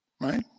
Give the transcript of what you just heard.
Right